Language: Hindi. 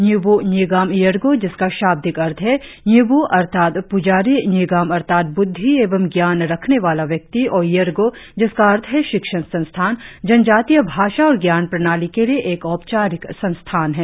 न्यूब् न्यीगाम येरको जिसका शाब्दिक अर्थ है न्यूबू अर्थात पुजारी न्यीगाम अर्थात ब्द्धि एंव ज्ञान रखने वाला व्यक्ति और येरको जिसका अर्थ है शिक्षण संस्थान जनजातीय भाषा और ज्ञान प्रणाली के लिए एक औपचारिक संस्थान है